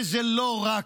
וזה לא רק,